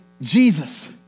Jesus